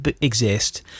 exist